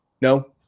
no